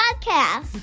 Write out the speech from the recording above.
podcast